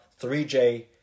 3J